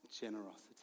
generosity